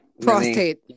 prostate